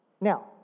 Now